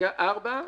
דרגה ארבע,